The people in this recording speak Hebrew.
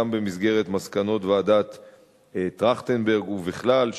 גם במסגרת מסקנות ועדת-טרכטנברג ובכלל,